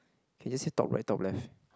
can you say top right top left